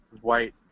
white